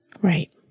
Right